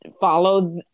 follow